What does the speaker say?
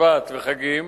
שבת וחגים,